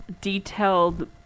detailed